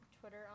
Twitter